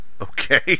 Okay